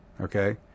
Okay